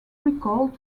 recalled